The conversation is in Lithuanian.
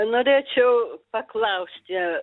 norėčiau paklausti